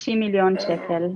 ה-60 מיליון שקל.